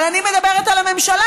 אבל אני מדברת על הממשלה.